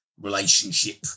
relationship